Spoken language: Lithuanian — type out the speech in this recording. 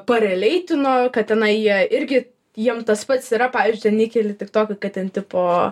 pareleitino kad tenai jie irgi jiem tas pats yra pavyzdžiui ten įkeli tik toke kad ten tipo